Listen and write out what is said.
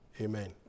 amen